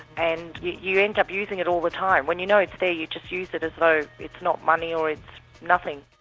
and you end up using it all the time. when you know it's there, you just use it as though it's not money, or it's nothing.